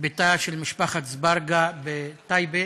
לביתה של משפחת אזברגה בטייבה,